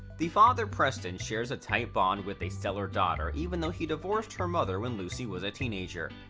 the father preston shares a tight bond with a stellar daughter even though he divorced her mother when lucy was a teenager.